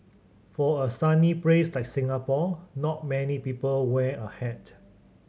for a sunny brace like Singapore not many people wear a hat